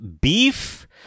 Beef